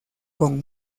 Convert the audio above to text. con